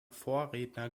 vorredner